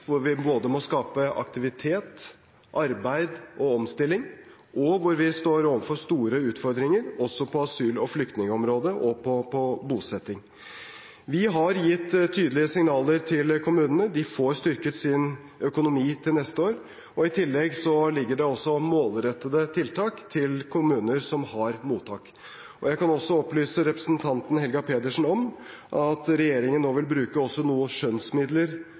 må skape både aktivitet, arbeid og omstilling, og der vi står overfor store utfordringer også på asyl- og flyktningområdet og på bosettingsområdet. Vi har gitt tydelige signaler til kommunene. De får styrket sin økonomi til neste år, og i tillegg ligger det målrettede tiltak til kommuner som har mottak. Jeg kan også opplyse representanten Helga Pedersen om at regjeringen også vil bruke noen skjønnsmidler